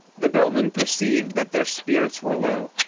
the bellman perceived that their spirits were low,